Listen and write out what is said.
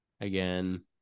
again